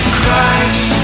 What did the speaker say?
Christ